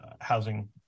housing